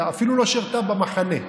אפילו לא שירתה ב"במחנה".